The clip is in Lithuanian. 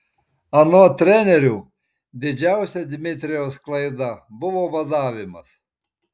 anot trenerių didžiausia dmitrijaus klaida buvo badavimas